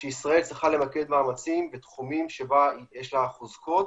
שישראל צריכה למקד מאמצים בתחומים שבה יש לה חוזקות